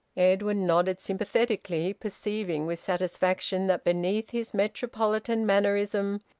edwin nodded sympathetically, perceiving with satisfaction that beneath his metropolitan mannerism,